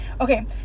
Okay